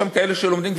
יש שם כאלה שלומדים,